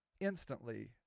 instantly